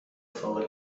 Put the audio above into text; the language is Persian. فوق